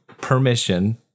permission